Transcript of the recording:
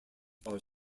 are